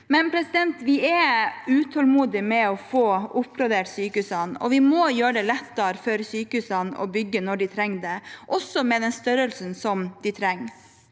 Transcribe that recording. i Kristiansand. Vi er utålmodige etter å få oppgradert sykehusene, og vi må gjøre det lettere for sykehusene å bygge når de trenger det, også med den størrelsen de trenger.